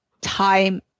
time